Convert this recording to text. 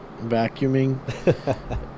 vacuuming